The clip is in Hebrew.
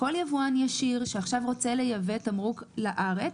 כל יבואן ישיר שעכשיו רוצה לייבא תמרוק לארץ,